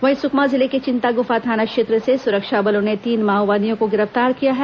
वहीं सुकमा जिले के चिंतागुफा थाना क्षेत्र से सुरक्षा बलों ने तीन माओवादियों को गिरफ्तार किया है